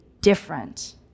different